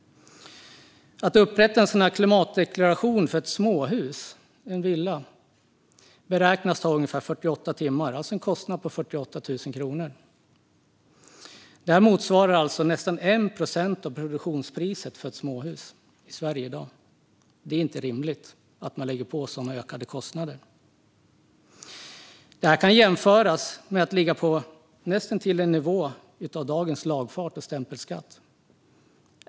Att upprätta en klimatdeklaration för ett småhus, en villa, beräknas ta ungefär 48 timmar. Det är alltså en kostnad på 48 000 kronor. Det motsvarar nästan 1 procent av produktionspriset för småhus i Sverige i dag. Det är inte rimligt att man lägger på sådana ökade kostnader. Det kan jämföras med att ligga på näst intill nivån för dagens lagfart och stämpelskatt.